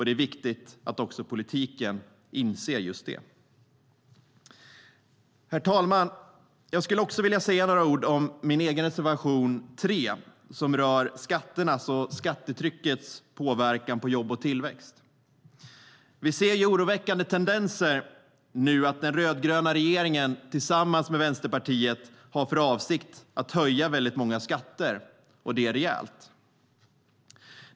Det är viktigt att också politiken inser just det. Herr talman! Jag skulle också vilja säga några ord om min egen reservation 3, som rör skatternas och skattetryckets påverkan på jobb och tillväxt. Vi ser ju oroväckande tendenser nu att den rödgröna regeringen tillsammans med Vänsterpartiet har för avsikt att höja många skatter, och det rejält.